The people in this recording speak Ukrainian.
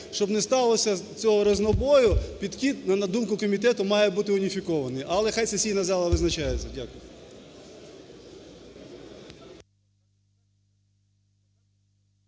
Щоб не сталося цього різнобою, підхід, на думку комітету, має бути уніфікований. Але хай сесійна зала визначається. Дякую.